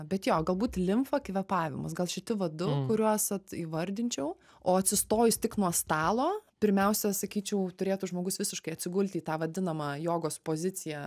bet jo galbūt limfa kvėpavimas gal šitie va du kuriuos vat įvardinčiau o atsistojus tik nuo stalo pirmiausia sakyčiau turėtų žmogus visiškai atsigulti į tą vadinamą jogos poziciją